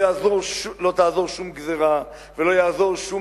לא תעזור שום גזירה ולא תעזור שום